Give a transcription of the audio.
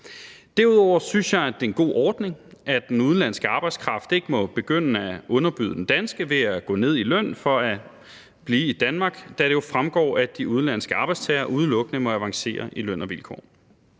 Derudover synes jeg, at det er en god ordning, at den udenlandske arbejdskraft ikke må begynde at underbyde den danske ved at gå ned i løn for at blive i Danmark, da det jo fremgår, at de udenlandske arbejdstagere udelukkende må avancere i løn og vilkår.